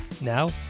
Now